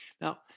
Now